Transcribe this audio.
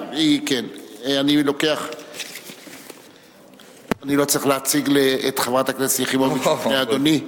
אני לא צריך להציג את חברת הכנסת יחימוביץ בפני אדוני.